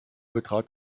betrat